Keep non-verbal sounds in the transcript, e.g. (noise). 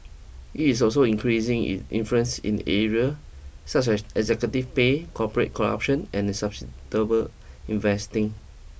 it is also increasing its influence in areas such as executive pay corporate corruption and (unintelligible) investing